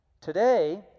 Today